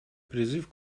призыв